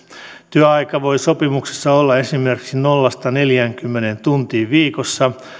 työaika voi sopimuksessa olla esimerkiksi nollasta neljäänkymmeneen tuntiin viikossa